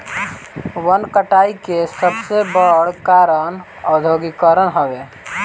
वन कटाई के सबसे बड़ कारण औद्योगीकरण हवे